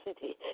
city